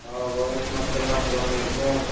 آ وعلیکُم اسلام اسلام علیکُم